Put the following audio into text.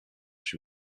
she